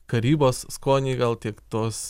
karybos skonį gal tiek tos